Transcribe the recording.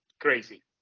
crazy